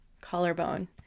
Collarbone